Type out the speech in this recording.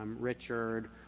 um richard,